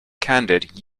candid